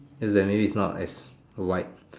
it's just that maybe is not as wide